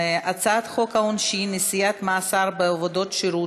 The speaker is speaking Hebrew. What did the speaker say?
ההצעה להעביר את הצעת חוק העונשין (נשיאת מאסר בעבודות שירות,